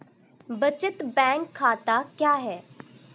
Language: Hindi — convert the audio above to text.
बचत बैंक खाता क्या है?